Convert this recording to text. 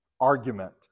argument